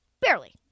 Barely